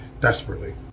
desperately